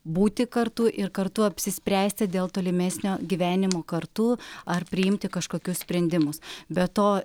būti kartu ir kartu apsispręsti dėl tolimesnio gyvenimo kartu ar priimti kažkokius sprendimus be to